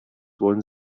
wollen